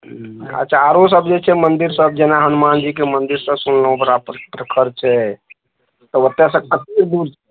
हूँ अच्छा आरो सब जे छै मन्दिर सब जेना हनुमान जीके मन्दिर सब सुनलहुॅं सब बड़ा प्रखर छै तऽ ओतऽ सऽ कते दूर छै